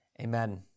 Amen